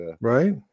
right